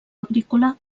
agrícola